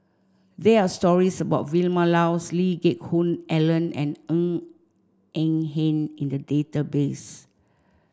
there are stories about Vilma Laus Lee Geck Hoon Ellen and Ng Eng Hen in the database